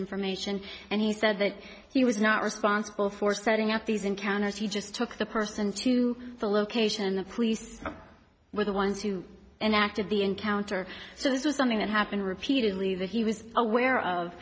information and he said that he was not responsible for setting up these encounters he just took the person to the location of police with the ones who enacted the encounter so this was something that happened repeatedly that he was aware of